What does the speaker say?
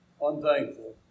unthankful